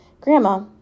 Grandma